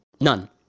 None